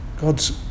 God's